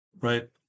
right